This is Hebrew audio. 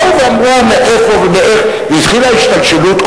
באו ואמרו מאיפה ואיך, והתחילה השתלשלות.